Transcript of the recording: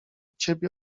ciebie